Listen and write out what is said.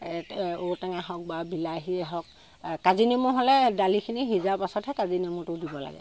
ঔটেঙা হওক বা বিলাহীয়ে হওক কাজিনেমু হ'লে দালিখিনি সিজা পাছতহে কাজিনেমুটো দিব লাগে